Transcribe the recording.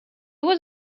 was